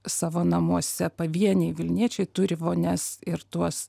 savo namuose pavieniai vilniečiai turi vonias ir tuos